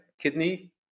kidney